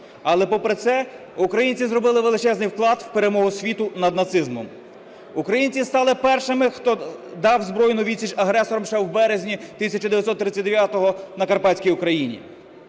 Але попри це українці зробили величезний вклад в перемогу світу над нацизмом. Українці стали першими, хто дав збройну відсіч агресорам ще в березні 1939 на Карпатській Україні.